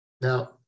Now